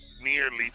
nearly